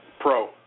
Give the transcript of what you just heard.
pro